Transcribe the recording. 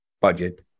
budget